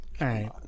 right